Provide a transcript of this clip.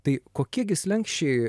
tai kokie gi slenksčiai